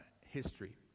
history